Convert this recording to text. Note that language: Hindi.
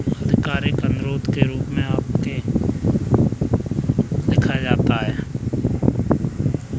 आधिकारिक अनुरोध के रूप में आपके बैंक को एक चेक बुक अनुरोध पत्र लिखा जाता है